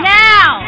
now